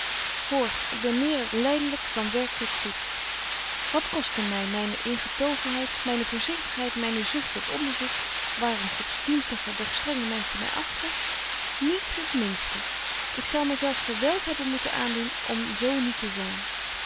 hoor ik ben meer lydelyk dan werkelyk goed wat kostte my myne ingetogenheid myne voorzigtigheid myne zucht tot onderzoek waaröm godsdienstige doch strenge menschen my achten niets het minste ik zou my zelf geweld hebben moeten aandoen om zo niet te zyn